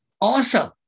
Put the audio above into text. Awesome